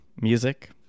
music